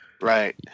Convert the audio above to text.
right